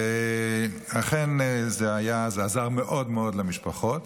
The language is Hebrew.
אכן, זה עזר מאוד מאוד למשפחות.